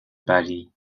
paris